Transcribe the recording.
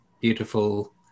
beautiful